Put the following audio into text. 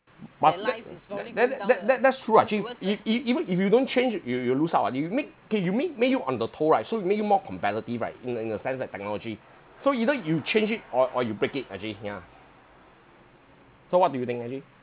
but that that that that that that's true ah jay if if even if you don't change you you'll lose out ah it will make K will make make you on the toe right so it make you more competitive right in the in the sense like technology so either you change it or or you break it actually yeah so what do you think ah jay